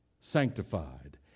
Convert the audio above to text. sanctified